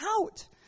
out